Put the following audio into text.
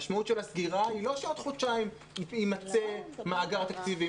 המשמעות של הסגירה היא לא שבעוד חודשיים יימצא מאגר תקציבי.